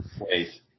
Wait